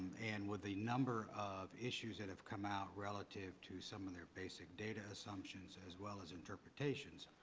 and with the number of issues that have come out relative to some of their basic data assumptions as well as interpretations.